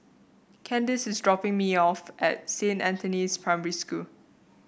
Kandice is dropping me off at Saint Anthony's Primary School